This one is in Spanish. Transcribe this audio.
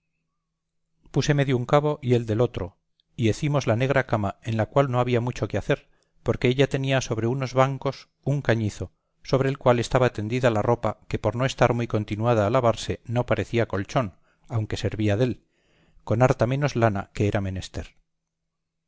púseme de un cabo y él del otro y hecimos la negra cama en la cual no había mucho que hacer porque ella tenía sobre unos bancos un cañizo sobre el cual estaba tendida la ropa que por no estar muy continuada a lavarse no parecía colchón aunque servía dél con harta menos lana que era menester